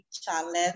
challenge